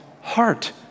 heart